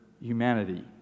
humanity